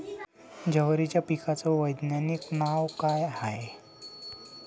जवारीच्या पिकाचं वैधानिक नाव का हाये?